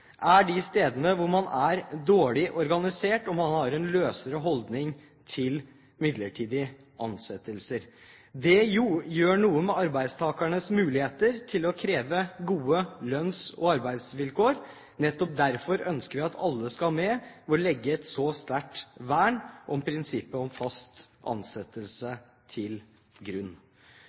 er de stedene hvor man er lite organisert og har en løsere holdning til midlertidige ansettelser. Det gjør noe med arbeidstakernes muligheter til å kreve gode lønns- og arbeidsvilkår. Nettopp derfor ønsker vi at alle skal med – ved å legge et så sterkt vern om prinsippet om fast ansettelse til grunn.